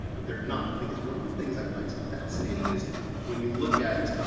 but they're not. because one of the things i find so fascinating is when you look at